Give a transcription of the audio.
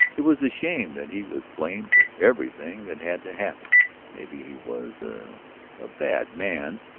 it was a shame that he was blamed for everything that had to happen maybe he was a. a bad man,